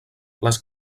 les